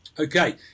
Okay